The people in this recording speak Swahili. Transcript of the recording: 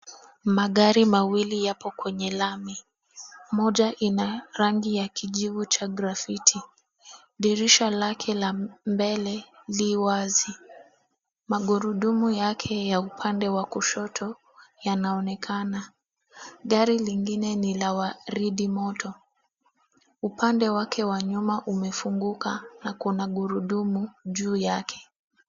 Magari mawili yapo kwenye lami, moja ina rangi ya kijivu cha grafiti. Dirisha lake la mbele li wazi. Magurudumu yake ya upande wa kushoto yanaonekana. Gari lingine ni la waridi moto. Upande wake wa nyuma umefunguka na kuna gurudumu juu yake.